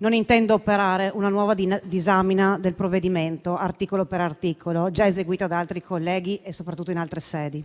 Non intendo operare una nuova disamina del provvedimento articolo per articolo, già eseguita da altri colleghi e soprattutto in altre sedi.